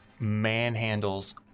manhandles